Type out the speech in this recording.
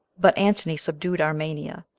but antony subdued armenia,